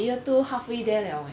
year two halfway there liao eh